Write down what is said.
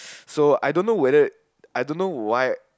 so I don't know whether I don't know why